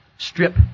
strip